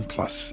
Plus